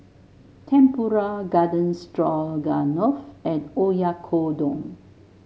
Tempura Garden Stroganoff and Oyakodon